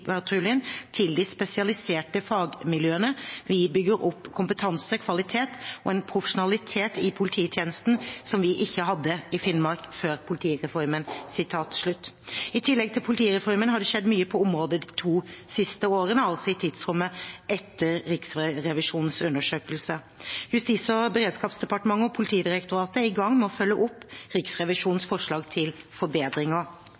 som vi ikke hadde i Finnmark før politireformen.» I tillegg til politireformen har det skjedd mye på området de to siste årene, altså i tidsrommet etter Riksrevisjonens undersøkelse. Justis- og beredskapsdepartementet og Politidirektoratet er i gang med å følge opp